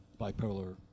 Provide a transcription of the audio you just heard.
bipolar